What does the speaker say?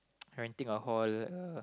renting a hall a